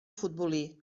futbolí